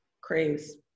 craze